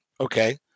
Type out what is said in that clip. okay